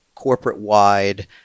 corporate-wide